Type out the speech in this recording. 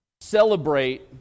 celebrate